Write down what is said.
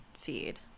feed